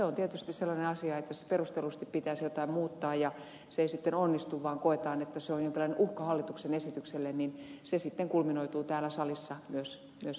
on tietysti sellainen asia että jos perustellusti pitäisi jotain muuttaa ja se ei sitten onnistu ja koetaan että se on jonkinlainen uhka hallituksen esitykselle niin se sitten kulminoituu täällä salissa myös puheena